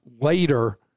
later